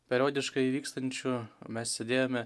periodiškai vykstančių mes sėdėjome